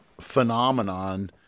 phenomenon